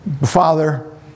Father